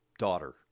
daughter